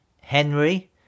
Henry